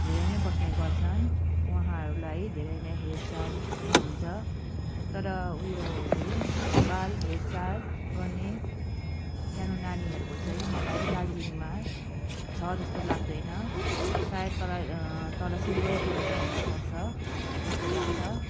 धेरै नै बस्ने गर्छन् उहाँहरलाई धेरै नै हेरचाह पनि हुन्छ तर उयो के अरे बाल हेरचाह गर्ने सानो नानीहरूको चाहिँ मलाई दार्जिलिङमा छ जस्तो लाग्दैन सायद तर तल सिलगढीतिर चाहिँ हुन सक्छ जस्तो लाग्छ